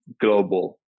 global